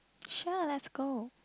sure let's go